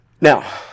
Now